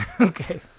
Okay